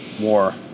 war